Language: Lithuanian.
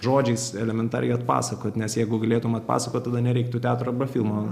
žodžiais elementariai atpasakot nes jeigu galėtumėt pasakot tada nereiktų teatro ar filmo